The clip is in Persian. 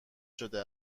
شده